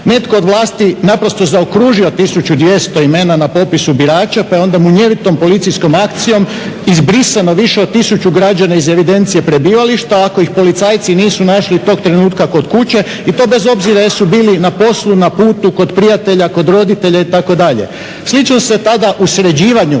netko je od vlasti naprosto zaokružio 1200 imena na popisu birača pa je onda munjevitom policijskom akcijom izbrisano više od 1000 građana iz evidencije prebivališta ako ih policajci nisu našli tog trenutka kod kuće i to bez obzira jesu bili na poslu, na putu, kod prijatelja, kod roditelja, itd. Slično se tada u sređivanju